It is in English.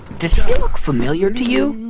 does he look familiar to you?